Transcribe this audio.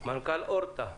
מנכ"ל ארטרא.